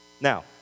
Now